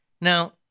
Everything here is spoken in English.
Now